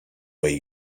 way